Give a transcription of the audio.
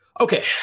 Okay